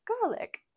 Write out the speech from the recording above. garlic